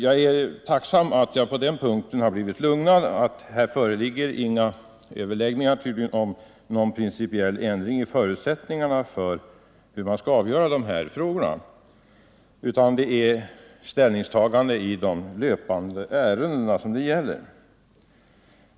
Jag är tacksam för att bostadsministern på den punkten givit ett lugnande besked — här förekommer tydligen inga överläggningar om en principiell ändring i förutsättningarna för hur man skall avgöra dessa frågor, utan det är ställningstagandet i de löpande ärendena som det gäller.